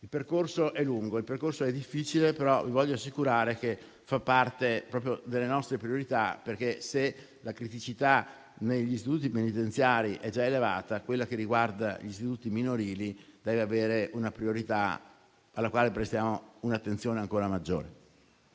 Il percorso è lungo e difficile, però vi voglio assicurare che fa parte proprio delle nostre priorità, perché se la criticità negli istituti penitenziari è già elevata quella che riguarda gli istituti minorili deve avere una priorità alla quale prestare un'attenzione ancora maggiore.